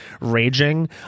raging